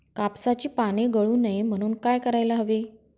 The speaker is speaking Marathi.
कापसाची पाने गळू नये म्हणून काय करायला हवे?